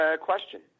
question